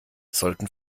sollten